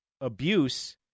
abuse